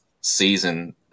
season